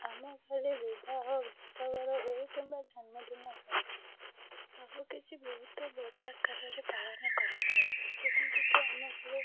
ଆମ ଘରେ ବିବାହ ବ୍ରତଘର ହେଉ କିମ୍ବା ଜନ୍ମଦିନ ହେଉ ସବୁକିଛି ବହୁତ ବଡ଼ ଆକାରରେ ପାଳନ କରାଯାଏ ଯେମିତିକି ଆମ ଘରେ